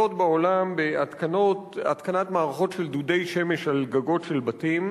בעולם בהתקנת מערכות של דודי שמש על גגות של בתים.